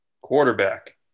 quarterback